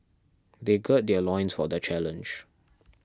they gird their loins for the challenge